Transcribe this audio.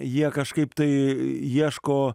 jie kažkaip tai ieško